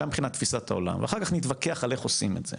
מבחינת תפיסת העולם ואחר כך נתווכח על איך עושים את זה